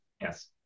Yes